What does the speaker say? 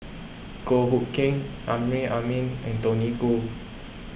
Goh Hood Keng Amrin Amin and Tony Khoo